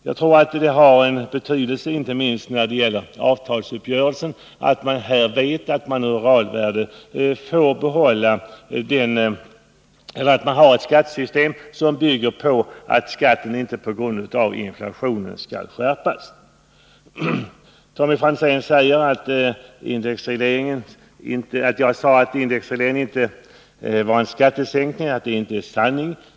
Jag tror att det har sin betydelse — inte minst när det gäller avtalsuppgörelsen — att man vet att man har ett skattesystem som bygger på att skatten inte skall skärpas på grund av inflationen. Tommy Franzén säger att jag har sagt att indexregleringen inte var någon skattesänkning, och han anser att detta inte är sanning.